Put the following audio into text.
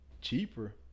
cheaper